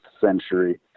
century